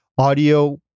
Audio